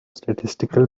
statistical